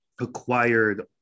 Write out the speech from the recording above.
acquired